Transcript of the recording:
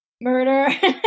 murder